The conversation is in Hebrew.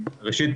ראשית,